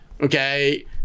okay